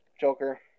Joker